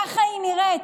ככה היא נראית: